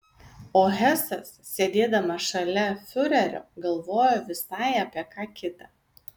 o hesas sėdėdamas šalia fiurerio galvojo visai apie ką kitą